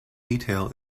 detail